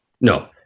No